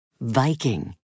Viking